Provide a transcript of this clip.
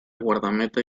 guardameta